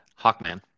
Hawkman